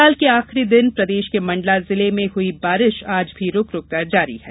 साल के आखिरी दिन प्रदेश के मंडला जिले में हुई बारिश आज भी रूक रूक कर जारी है